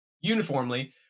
uniformly